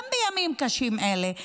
גם בימים קשים אלה,